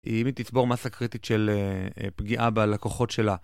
אם היא תצבור מסה קריטית של פגיעה בלקוחות שלה.